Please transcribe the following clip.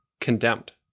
condemned